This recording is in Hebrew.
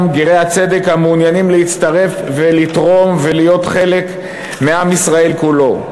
גם גרי הצדק המעוניינים להצטרף ולתרום ולהיות חלק מעם ישראל כולו.